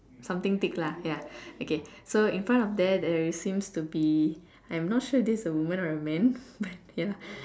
something thick lah ya okay so in front of there there is seems to be I'm not sure if this is a woman or a man but ya